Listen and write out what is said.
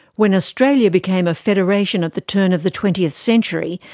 when australia became a federation at the turn of the twentieth century,